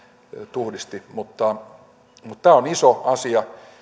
tuhdisti mutta mutta tämä on iso asia